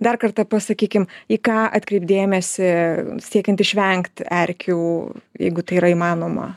dar kartą pasakykim į ką atkreipt dėmesį siekiant išvengt erkių jeigu tai yra įmanoma